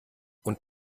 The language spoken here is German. und